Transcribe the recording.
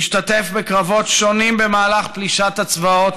השתתף בקרבות שונים במהלך פלישת הצבאות